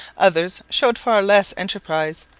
others showed far less enterprise,